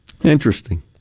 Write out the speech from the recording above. interesting